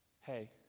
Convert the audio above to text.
Hey